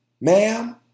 ma'am